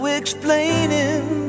explaining